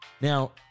Now